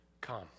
come